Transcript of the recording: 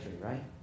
right